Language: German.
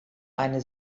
eine